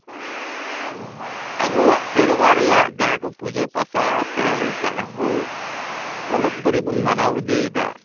ᱟᱵᱚᱣᱟᱜ ᱥᱮᱨᱣᱟ ᱨᱮᱭᱟᱜ ᱡᱟᱦᱟᱸ ᱠᱚ ᱯᱩᱡᱟᱹ ᱯᱟᱥᱟ ᱥᱮ ᱡᱟᱦᱟᱸ ᱠᱚ ᱯᱚᱨᱚᱵᱽ ᱯᱟᱹᱞᱤ ᱵᱚᱱ ᱢᱟᱱᱟᱣ ᱤᱫᱤᱭᱮᱫᱟ